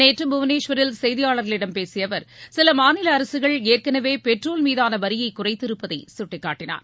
நேற்று புவனேஷ்வரில் செய்தியாளர்களிடம் பேசியஅவர் சிலமாநிலஅரசுகள் ஏற்கனவே பெட்ரோல் மீதானவரியைகுறைத்திருப்பதைசுட்டிக்காட்டினார்